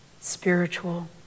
spiritual